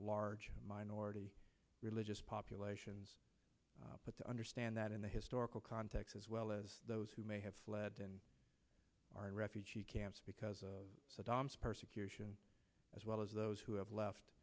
large minority religious populations but to understand that in the historical context as well as those who may have fled and are in refugee camps because of saddam's persecution as well as those who have left